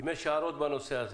יש הערות בנושא הזה.